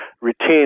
retain